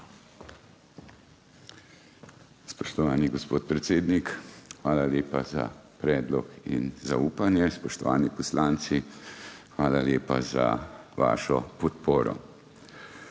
Spoštovani gospod predsednik, hvala lepa za predlog in zaupanje. Spoštovani poslanci, hvala lepa za vašo podporo.